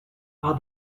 are